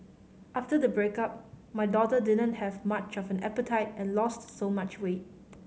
after the breakup my daughter didn't have much of an appetite and lost so much weight